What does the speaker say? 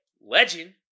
legend